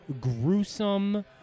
gruesome